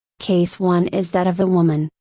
case one is that of a woman,